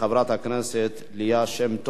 (הקלת התנאים לחיזוק בית משותף), התשע"ב 2012,